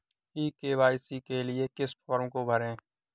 ई KYC के लिए किस फ्रॉम को भरें?